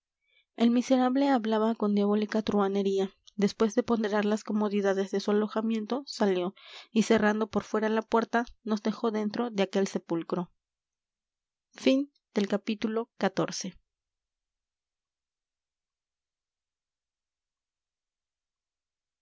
el miserable hablaba con diabólica truhanería después de ponderar las comodidades de su alojamiento salió y cerrando por fuera la puerta nos dejó dentro de aquel sepulcro